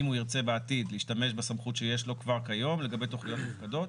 אם הוא ירצה בעתיד להשתמש בסמכות שיש לו כבר כיום לגבי תכניות מופקדות.